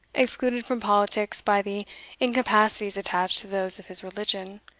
excluded from politics by the incapacities attached to those of his religion,